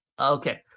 Okay